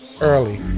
Early